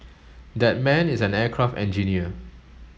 that man is an aircraft engineer